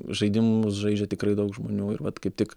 žaidimus žaidžia tikrai daug žmonių ir vat kaip tik